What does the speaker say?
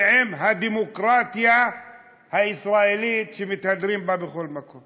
ועם הדמוקרטיה הישראלית שמתהדרים בה בכל מקום.